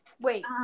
Wait